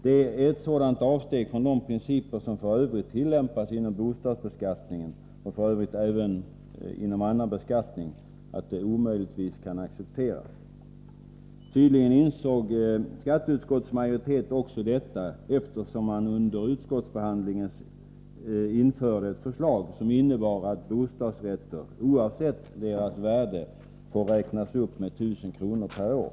Detta är ett sådant avsteg från de principer som i övrigt tillämpas inom bostadsbeskattningen — och även beträffande annan beskattning — att det omöjligtvis kan accepteras. Tydligen insåg också skatteutskottets majoritet detta, eftersom man under utskottsbehandlingen införde ett förslag som innebar att bostadsrätter, oavsett deras värde, får räknas upp med 1 000 kr. per år.